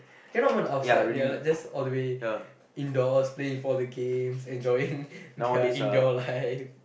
cannot even outside they are like just all the way indoors play all the games enjoying their indoor life